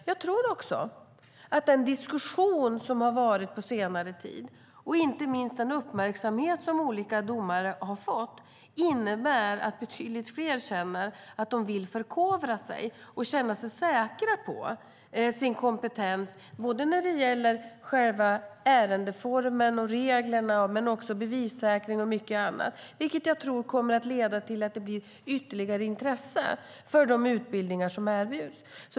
Jag tror att den diskussion som har varit under senare tid och inte minst den uppmärksamhet som olika domar har fått medför att betydligt fler känner att de vill förkovra sig och känna sig säkra på sin kompetens när det gäller själva ärendeformen och reglerna men också när det gäller bevissäkring och mycket annat. Det tror jag kommer att leda till att det blir ytterligare intresse för de utbildningar som erbjuds.